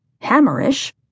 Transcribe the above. hammerish